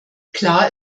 klar